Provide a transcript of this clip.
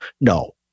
No